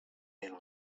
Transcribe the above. man